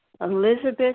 Elizabeth